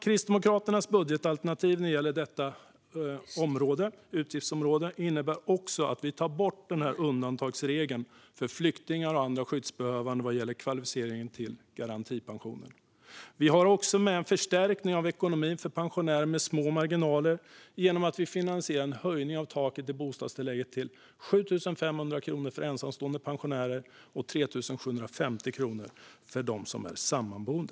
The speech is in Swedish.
Kristdemokraternas budgetalternativ när det gäller detta utgiftsområde innebär också att vi tar bort undantagsregeln för flyktingar och andra skyddsbehövande vad gäller kvalificering till garantipension. Vi har också en förstärkning av ekonomin för pensionärer med små marginaler genom att vi finansierar en höjning av taket i bostadstillägget till pensionärer till 7 500 kronor för ensamstående och 3 750 kronor per person för sammanboende.